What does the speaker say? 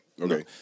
Okay